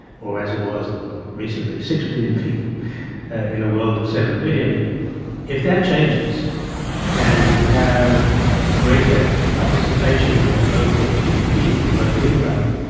or as it was at recently, six billion people in a world of seven billion if that changes and you have a greater participation in the global gdp and the global income,